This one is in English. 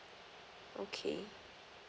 okay